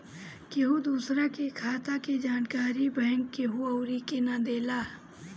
केहू दूसरा के खाता के जानकारी बैंक केहू अउरी के ना देला